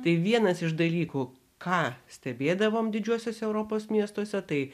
tai vienas iš dalykų ką stebėdavome didžiuosiuose europos miestuose tai